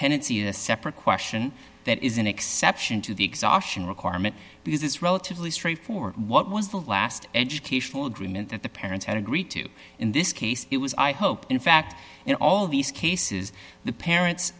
pendency a separate question that is an exception to the exhaustion requirement because it's relatively straightforward what was the last educational agreement that the parents had agreed to in this case it was i hope in fact in all these cases the